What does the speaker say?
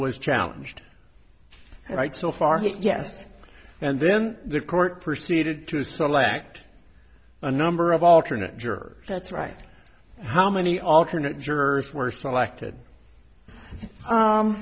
was challenged right so far yes and then the court proceeded to select a number of alternate juror that's right how many alternate jurors were selected